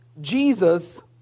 Jesus